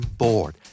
bored